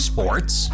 Sports